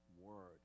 word